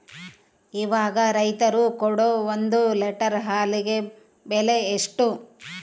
ಇವಾಗ ರೈತರು ಕೊಡೊ ಒಂದು ಲೇಟರ್ ಹಾಲಿಗೆ ಬೆಲೆ ಎಷ್ಟು?